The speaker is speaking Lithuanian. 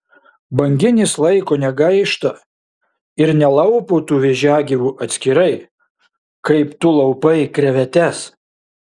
banginis laiko negaišta ir nelaupo tų vėžiagyvių atskirai kaip tu laupai krevetes